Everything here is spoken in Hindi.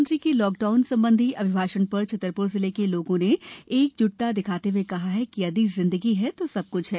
प्रधानमंत्री के लॉकडाउन संबंधी अभिभाषण पर छतरपुर जिले के लोगों ने एकजुटता दिखाते हुए कहा है कि यदि जिंदगी है तो सब कुछ है